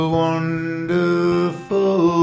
wonderful